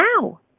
now